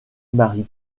mary